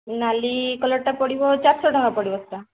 ନାଲି କଲର୍ଟା ପଡ଼ିବ ଚାରି ଶହ ଟଙ୍କା ପଡ଼ିବ ସେଟା